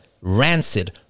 rancid